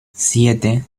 siete